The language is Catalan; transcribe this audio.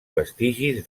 vestigis